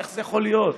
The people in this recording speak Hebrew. איך זה יכול להיות?